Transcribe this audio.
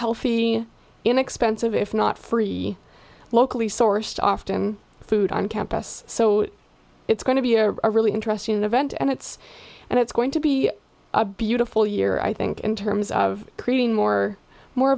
healthy inexpensive if not free locally sourced often food on campus so it's going to be a really interesting event and it's and it's going to be a beautiful year i think in terms of creating more more